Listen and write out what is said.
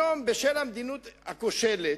היום, בשל המדיניות הכושלת,